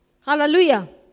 Hallelujah